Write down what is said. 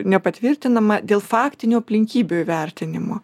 nepatvirtinama dėl faktinio aplinkybių įvertinimo